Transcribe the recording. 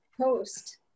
post